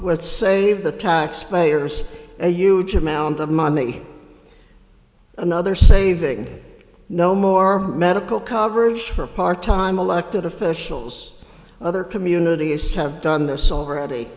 with save the taxpayers a huge amount of money another saving no more medical coverage for part time elected officials other communities have done this already